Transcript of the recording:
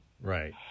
Right